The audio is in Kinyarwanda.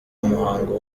umuhango